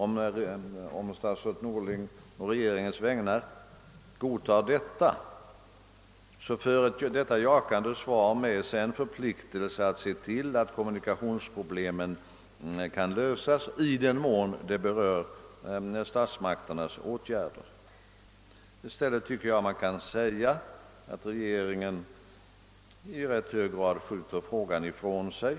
Men om statsrådet Norling på regeringens vägnar godtar det programmet, så för det med sig en förpliktelse att se till att kommunikationsproblemen löses, i den mån de beror på statsmakternas åtgärder. Jag tycker man kan säga att regeringen i rätt hög grad skjuter den frågan ifrån sig.